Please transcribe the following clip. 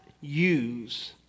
use